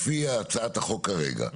לפי הצעת החוק כרגע,